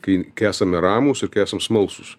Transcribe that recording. kai kai esame ramūs ir kai esam smalsūs